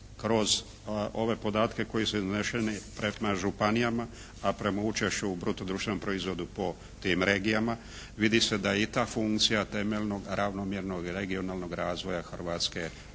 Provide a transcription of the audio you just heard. kroz ove podatke koji su izneseni pred županijama, a prema učešću u bruto društvenom proizvodu po tim regijama. Vidi se da je i ta funkcija temeljnog ravnomjernog i regionalnog razvoja Hrvatske i u